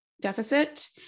deficit